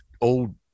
old